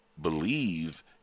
believe